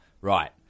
Right